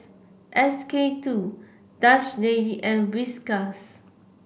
S K two Dutch Lady and Whiskas